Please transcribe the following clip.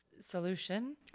solution